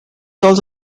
also